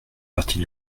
partie